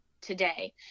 today